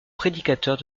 prédicateurs